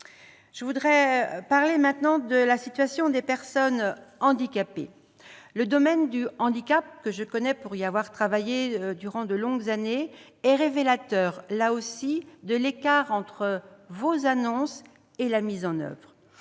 Je voudrais aborder maintenant la situation des personnes handicapées. Le domaine du handicap, que je connais pour y avoir travaillé de longues années, est révélateur de l'écart entre vos annonces et leur mise en oeuvre.